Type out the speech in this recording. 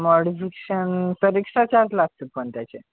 modification तर extra charge लागतील पण त्याचे